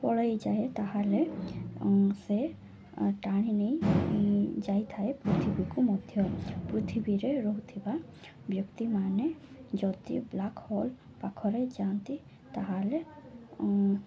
ପଳାଇଯାଏ ତାହେଲେ ସେ ଟାଣି ନେଇ ଯାଇଥାଏ ପୃଥିବୀକୁ ମଧ୍ୟ ପୃଥିବୀରେ ରହୁଥିବା ବ୍ୟକ୍ତିମାନେ ଯଦି ବ୍ଲାକ୍ ହୋଲ୍ ପାଖରେ ଯାଆନ୍ତି ତାହେଲେ